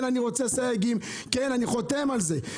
כן, אני רוצה סייגים כן, אני חותם על זה.